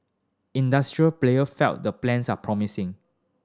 industry players feel the plans are promising